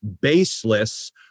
baseless